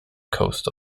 coast